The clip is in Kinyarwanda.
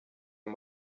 ayo